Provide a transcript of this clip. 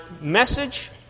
message